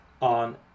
on